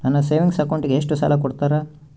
ನನ್ನ ಸೇವಿಂಗ್ ಅಕೌಂಟಿಗೆ ಎಷ್ಟು ಸಾಲ ಕೊಡ್ತಾರ?